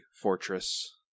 fortress